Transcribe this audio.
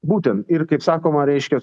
būtent ir kaip sakoma reiškia